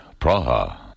Praha